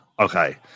okay